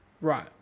right